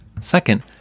Second